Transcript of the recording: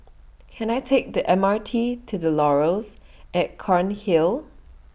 Can I Take The M R T to The Laurels At Cairnhill